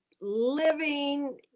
living